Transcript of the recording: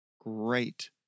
Great